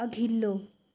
अघिल्लो